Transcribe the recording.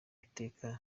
iteka